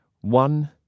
One